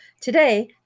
Today